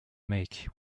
make